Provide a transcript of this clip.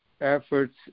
efforts